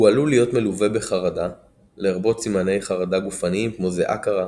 הוא עלול להיות מלווה בחרדה לרבות סימני חרדה גופניים כמו זיעה קרה,